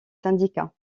syndicats